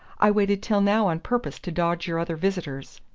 i waited till now on purpose to dodge your other visitors.